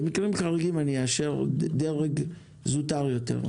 במקרים חריגים אני אאשר דרג זוטר יותר.